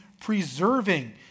preserving